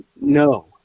No